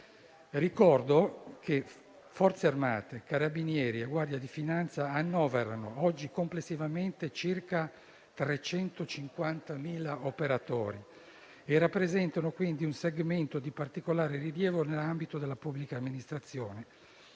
Ricordo che Forze armate, Carabinieri e Guardia di Finanza annoverano oggi complessivamente circa 350.000 operatori e rappresentano, quindi, un segmento di particolare rilievo nell'ambito della pubblica amministrazione,